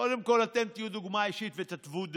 קודם כול אתם תהיו דוגמה אישית ותתוו דרך.